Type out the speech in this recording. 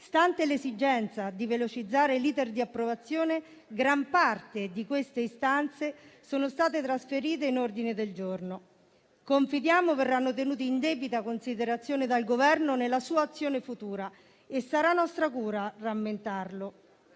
stante l'esigenza di velocizzare l'*iter* di approvazione, gran parte di queste istanze sono state trasferite in ordini del giorno; confidiamo che verranno tenuti in debita considerazione dal Governo nella sua azione futura e sarà nostra cura rammentarlo.